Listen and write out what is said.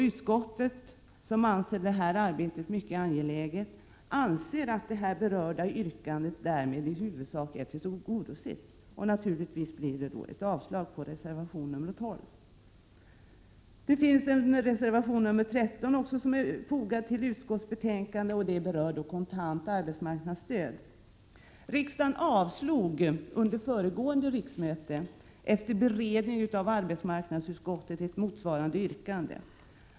Utskottet — som anser detta arbete angeläget — anser att det berörda yrkandet därmed i huvudsak är tillgodosett, och därför yrkar jag avslag på reservation nr 12. Riksdagen avslog under föregående riksmöte efter beredning av arbetsmarknadsutskottet ett motsvarande yrkande.